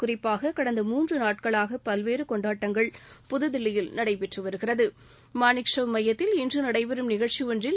குறிப்பாக கடந்த மூன்று நாட்களாக பல்வேறு கொண்டாட்டங்கள் புதுதில்லியில் நடைபெற்று வருகிறது மாளிக்ஷவ் எமயத்தில் இன்று நடைபெறும் நிகழ்ச்சி ஒன்றில்